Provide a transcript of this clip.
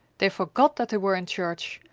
they forgot that they were in church.